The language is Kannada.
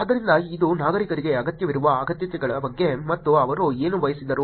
ಆದ್ದರಿಂದ ಇದು ನಾಗರಿಕರಿಗೆ ಅಗತ್ಯವಿರುವ ಅಗತ್ಯತೆಗಳ ಬಗ್ಗೆ ಮತ್ತು ಅವರು ಏನು ಬಯಸಿದರು